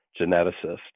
geneticist